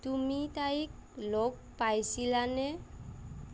তুমি তাইক লগ পাইছিলানে